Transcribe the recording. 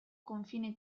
confine